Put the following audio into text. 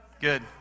Good